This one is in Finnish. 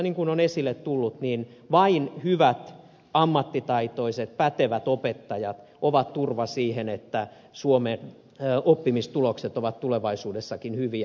niin kuin on esille tullut niin vain hyvät ammattitaitoiset pätevät opettajat ovat sen turva että suomen oppimistulokset ovat tulevaisuudessakin hyviä